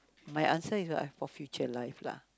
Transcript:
my answer is what ah for future life lah